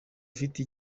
afite